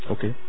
Okay